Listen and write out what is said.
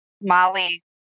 Molly